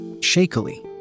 Shakily